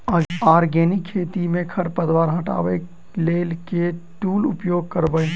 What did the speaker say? Organic खेती मे खरपतवार हटाबै लेल केँ टूल उपयोग करबै?